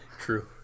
True